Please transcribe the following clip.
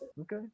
Okay